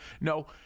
no